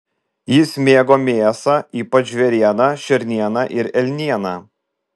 jis mėgo mėsą ypač žvėrieną šernieną ir elnieną